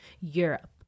Europe